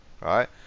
right